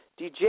DJ